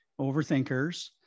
overthinkers